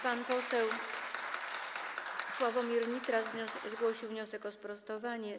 Pan poseł Sławomir Nitras zgłosił wniosek o sprostowanie.